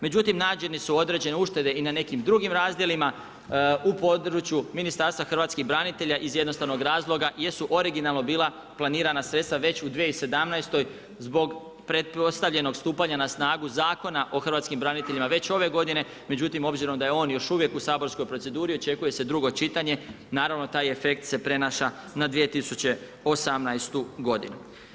Međutim, nađene su određene uštede i na nekim drugim razdjelima u području Ministarstva Hrvatskih branitelja iz jednostavnog razloga jer su originalno bila planirana sredstva već u 2017. zbog pretpostavljenog stupanja na snagu Zakona o hrvatskim braniteljima već ove godine, međutim obzirom da je on još uvijek u saborskoj proceduri očekuje se drugo čitanje, naravno taj efekt se prenaša na 2018. godinu.